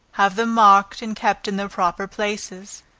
have them marked and kept in their proper places.